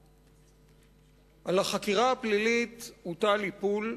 על החקירה הפלילית הוטל איפול,